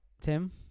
Tim